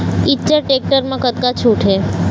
Eicher tractor म कतका छूट हे?